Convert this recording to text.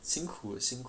辛苦 uh 辛苦